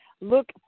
Look